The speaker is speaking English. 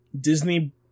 disney